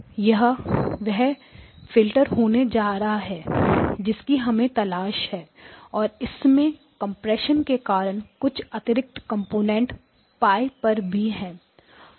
यह वह फिल्टर होने जा रहा है जिसकी हमें तलाश है और इसमें कंप्रेशन के कारण कुछ अतिरिक्त कंपोनेंट pi π पर भी है